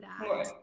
more